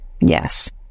yes